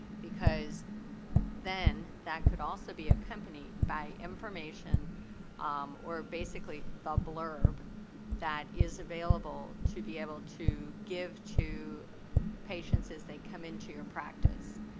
because then that could also be accompanied by information or basically the blurb that is available to be able to give to patients as they come into your practice.